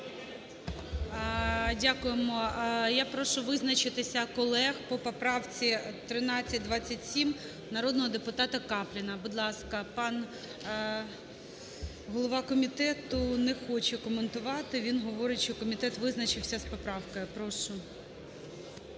Дякуємо. Я прошу визначитися колег по поправці 1327 народного депутата Капліна, будь ласка. Пан голова комітету не хоче коментувати, він говорить, що комітет визначився з поправкою. Прошу.